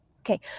Okay